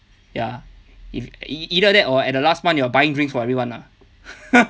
ya if either that or at the last month you're buying drinks for everyone lah